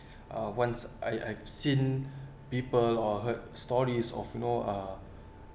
uh once I I've seen people or heard stories of you know uh